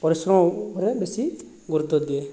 ପରିଶ୍ରମରେ ବେଶୀ ଗୁରୁତ୍ଵ ଦିଏ